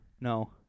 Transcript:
no